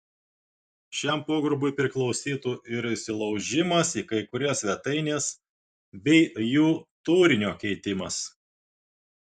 šiam pogrupiui priklausytų ir įsilaužimas į kai kurias svetaines bei jų turinio keitimas